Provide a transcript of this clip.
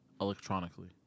electronically